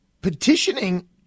petitioning